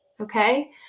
okay